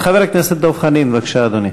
חבר הכנסת דב חנין, בבקשה, אדוני.